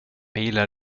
gillar